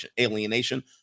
alienation